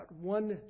one